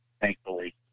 thankfully